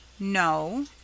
No